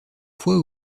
fois